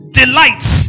delights